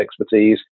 expertise